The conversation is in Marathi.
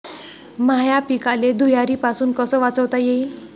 माह्या पिकाले धुयारीपासुन कस वाचवता येईन?